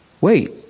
Wait